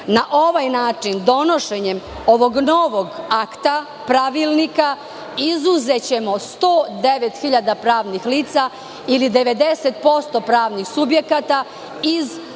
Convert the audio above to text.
na ovaj način donošenjem ovog novog akta, pravilnika, izuzećemo 109 hiljada pravnih lica ili 90% pravnih subjekata iz primene